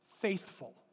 faithful